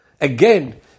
Again